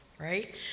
right